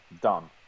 done